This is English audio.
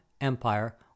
Empire